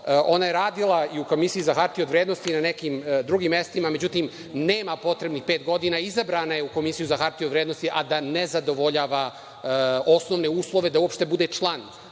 ona je radila i u Komisiji za hartije od vrednosti na nekim drugim mestima, međutim, nema potrebnih pet godina. Izabrana je u Komisiju za hartiju od vrednosti, a da ne zadovoljava osnovne uslove da uopšte bude član